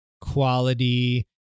quality